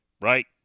right